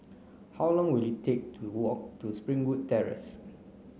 how long will it take to walk to Springwood Terrace